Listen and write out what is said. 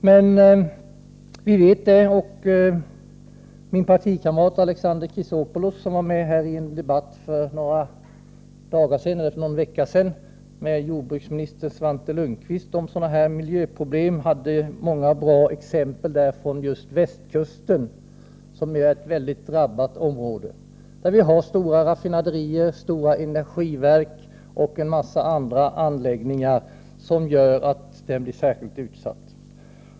Min partikamrat Alexander Chrisopoulos deltog för någon vecka sedan i en debatt här i kammaren med jordbruksminister Svante Lundkvist och gav då många bra exempel från just Västkusten, som är ett hårt drabbat område. Där finns det stora raffinaderier, stora energiverk och en massa andra anläggningar som gör att området blir särskilt utsatt.